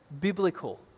biblical